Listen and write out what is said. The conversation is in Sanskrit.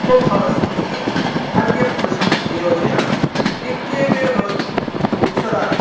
त्वं भवसि इति अन्यं पुरुषं नियोजयामि इत्येवमेव भवति उत्सव